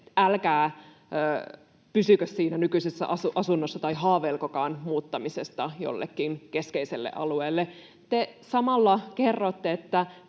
älkää pysykö siinä nykyisessä asunnossa tai haaveilkokaan muuttamisesta jollekin keskeiselle alueelle, te samalla kerrotte,